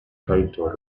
title